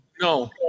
No